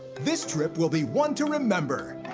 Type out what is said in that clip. this trip will be one to remember.